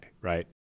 right